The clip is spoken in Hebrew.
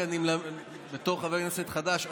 בתור חבר כנסת חדש,